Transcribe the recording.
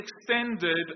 extended